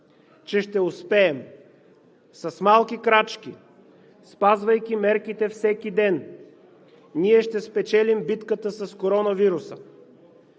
че ще успеем. С малки крачки, спазвайки мерките всеки ден, ние ще спечелим битката с коронавируса.